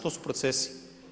To su procesi.